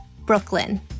Brooklyn